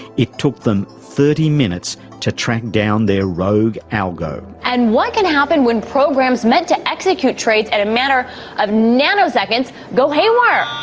it took them thirty minutes to track down their rogue algo. and what can happen when programs meant to execute trades in and a matter of nanoseconds go haywire?